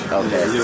okay